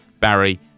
Barry